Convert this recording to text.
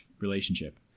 relationship